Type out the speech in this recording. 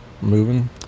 moving